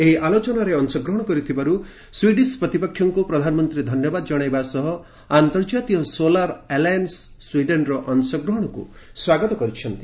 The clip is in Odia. ଏହି ଆଲୋଚନାରେ ଅଂଶଗ୍ରହଣ କରିଥିବାରୁ ସ୍ପିଡିସ୍ ପ୍ରତିପକ୍ଷଙ୍କୁ ପ୍ରଧାନମନ୍ତ୍ରୀ ଧନ୍ୟବାଦ ଜଣାଇବା ସହ ଆନ୍ତର୍ଜାତୀୟ ସୋଲାର ଆଲାଏନ୍ନରେ ସ୍ୱିଡେନର ଅଂଶଗ୍ରହଣକୁ ସ୍ୱାଗତ କରିଛନ୍ତି